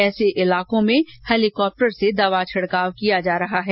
ऐसे इलाकों में हेलीकॉप्टर से दवा छिडकाव किया जा रहा है